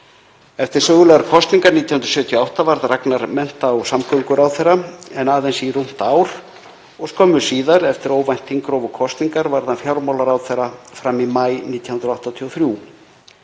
Eftir sögulegar kosningar 1978 varð Ragnar mennta- og samgönguráðherra, en aðeins í rúmt ár, og skömmu síðar, eftir óvænt þingrof og kosningar, varð hann fjármálaráðherra fram í maí 1983.